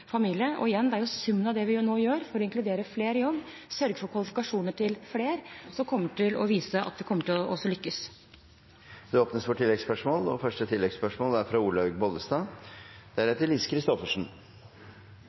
familie. Og igjen: Det er summen av det vi gjør nå for å inkludere flere i jobb og sørge for kvalifikasjoner til flere, som kommer til å vise at vi kommer til å lykkes. Det åpnes for oppfølgingsspørsmål – først Olaug V. Bollestad. Jeg er